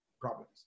problems